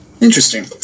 Interesting